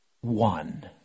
one